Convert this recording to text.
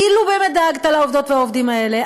אילו באמת דאגת לעובדות ולעובדים האלה,